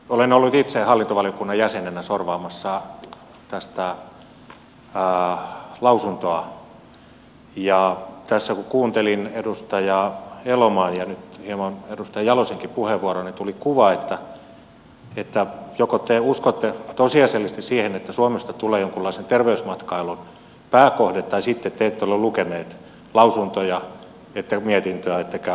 olen ollut itse hallintovaliokunnan jäsenenä sorvaamassa tästä lausuntoa ja tässä kun kuuntelin edustaja elomaan ja nyt hieman edustaja jalosenkin puheenvuoroa niin tuli kuva että joko te uskotte tosiasiallisesti siihen että suomesta tulee jonkunlaisen terveysmatkailun pääkohde tai sitten te ette ole lukeneet lausuntoja ette mietintöä ettekä lakiesitystäkään